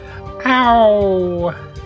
Ow